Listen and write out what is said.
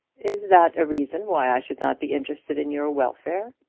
is that a reason why i should not be interested in your welfare?